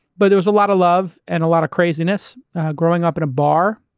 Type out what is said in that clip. but there was a lot of love and a lot of craziness growing up in a bar.